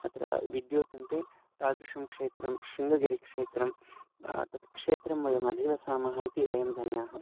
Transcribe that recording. अत्र विद्युतन्ते तादृशं क्षेत्रं शृङ्गगिरिक्षेत्रं तत् क्षेत्रं वयमधिवसामः इति वयं धन्याः